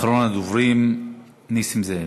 אחרון הדוברים, נסים זאב.